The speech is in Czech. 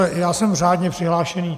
Já jsem řádně přihlášený.